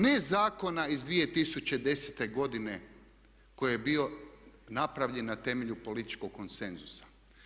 Ne zakona iz 2010. godine koji je bio napravljen na temelju političkog konsenzusa.